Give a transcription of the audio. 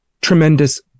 tremendous